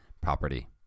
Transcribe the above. property